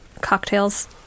cocktails